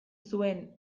zuen